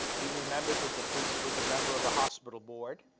he remembered that the priest was a member of the hospital board